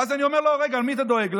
ואז אני אומר לו: רגע, למי אתה דואג?